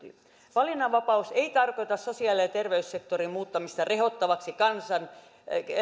valinnanvapaus ei tarkoita sosiaali ja ja terveyssektorin muuttamista rehottavaksi